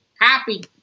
Happy